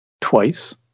twice